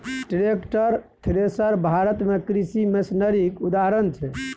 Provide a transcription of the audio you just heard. tractor, thresher Bharat मे कृषि मशीनरीक उदाहरण छै